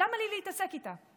למה לי להתעסק איתה,